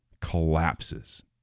collapses